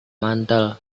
mantel